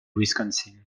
wisconsin